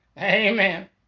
Amen